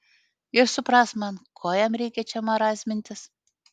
ir suprask man ko jam reikia čia marazmintis